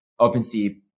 OpenSea